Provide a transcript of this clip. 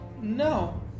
No